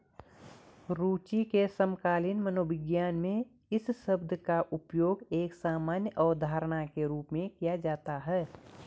रूचि के समकालीन मनोविज्ञान में इस शब्द का उपयोग एक सामान्य अवधारणा के रूप में किया जाता है